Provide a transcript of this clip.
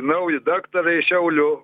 nauji daktarai šiaulių